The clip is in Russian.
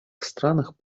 странах